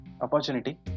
opportunity